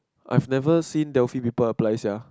I've never seen there're few people apply sia